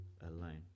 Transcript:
alone